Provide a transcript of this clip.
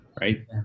right